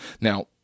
Now